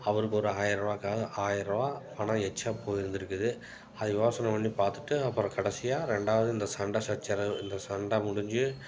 அவருக்கு ஒரு ஆயிரருவா கா ஆயிரருவா பணம் எச்சா போயிருந்திருக்குது அது யோசனை பண்ணி பார்த்துட்டு அப்புறம் கடைசியாக ரெண்டாவது இந்த சண்டை சச்சரவு இந்த சண்டை முடிஞ்சு